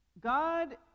God